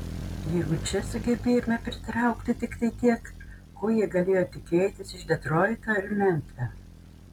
jeigu čia sugebėjome pritraukti tiktai tiek ko jie galėjo tikėtis iš detroito ar memfio